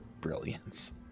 brilliance